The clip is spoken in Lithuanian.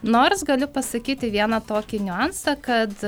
nors galiu pasakyti vieną tokį niuansą kad